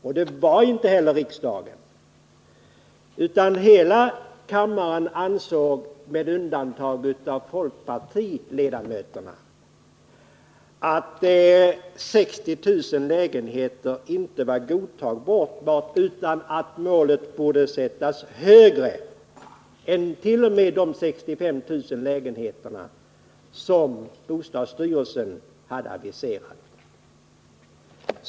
Och det var inte heller riksdagen, utan hela kammaren — med undantag av folkpartiledamöterna — ansåg att målsättningen 60 000 lägenheter inte var godtagbar utan att målet borde sättas högre än t.o.m. de 65 000 lägenheter som bostadsstyrelsen hade aviserat.